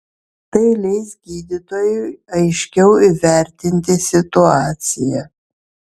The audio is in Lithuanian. tai leis gydytojui aiškiau įvertinti situaciją